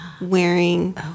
wearing